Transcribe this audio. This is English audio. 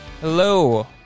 Hello